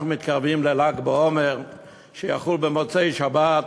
אנחנו מתקרבים לל"ג בעומר שיחול במוצאי-שבת.